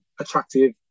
attractive